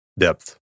Depth